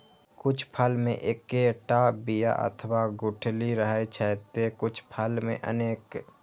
कुछ फल मे एक्केटा बिया अथवा गुठली रहै छै, ते कुछ फल मे अनेक